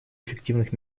эффективных